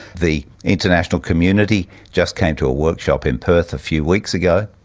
the international community just came to a workshop in perth a few weeks ago,